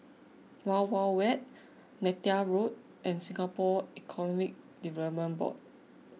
Wild Wild Wet Neythal Road and Singapore Economic Development Board